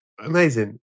amazing